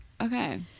okay